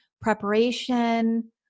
preparation